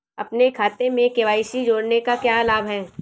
अपने खाते में के.वाई.सी जोड़ने का क्या लाभ है?